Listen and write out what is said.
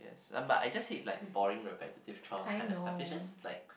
yes but I just hate like the boring repetitive chores kind of stuff is just like